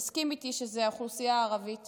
תסכים איתי שזאת האוכלוסייה הערבית